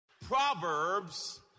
Proverbs